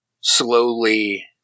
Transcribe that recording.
slowly